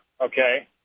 okay